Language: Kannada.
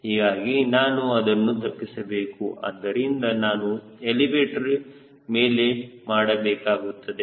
ಹೀಗಾಗಿ ನಾನು ಅದನ್ನು ತಪ್ಪಿಸಬೇಕು ಆದ್ದರಿಂದ ನಾನು ಎಲಿವೇಟರ್ ಮೇಲೆ ಮಾಡಬೇಕಾಗುತ್ತದೆ